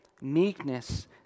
meekness